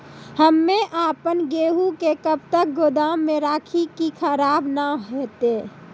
हम्मे आपन गेहूँ के कब तक गोदाम मे राखी कि खराब न हते?